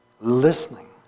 Listening